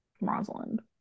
Rosalind